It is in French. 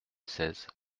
seize